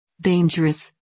dangerous